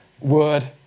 word